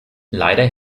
leider